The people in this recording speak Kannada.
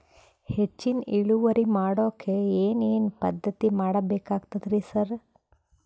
ಹೆಚ್ಚಿನ್ ಇಳುವರಿ ಮಾಡೋಕ್ ಏನ್ ಏನ್ ಪದ್ಧತಿ ಮಾಡಬೇಕಾಗ್ತದ್ರಿ ಸರ್?